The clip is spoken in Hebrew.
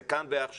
זה כאן ועכשיו.